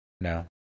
no